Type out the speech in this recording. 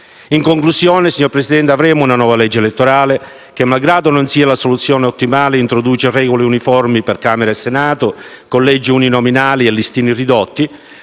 In conclusione, signor Presidente, avremo una nuova legge elettorale che, malgrado non sia la soluzione ottimale, introduce regole uniformi per Camera e Senato, collegi uninominali e listini ridotti,